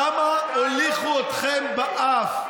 כמה הוליכו אתכם באף.